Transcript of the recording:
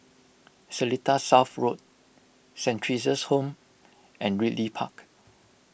Seletar South Road Saint theresa's Home and Ridley Park